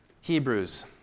Hebrews